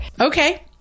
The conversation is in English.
Okay